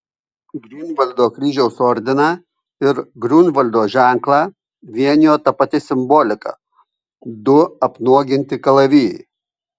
griunvaldo kryžiaus ordiną ir griunvaldo ženklą vienijo ta pati simbolika du apnuoginti kalavijai